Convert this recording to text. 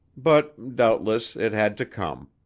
but, doubtless, it had to come.